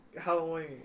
Halloween